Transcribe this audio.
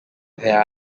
there